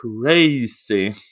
crazy